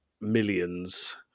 millions